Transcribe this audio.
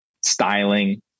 styling